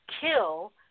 Kill